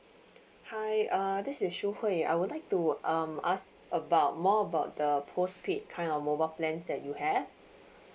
hi uh this is shu hwei I would like to um ask about more about the postpaid kind of mobile plans that you have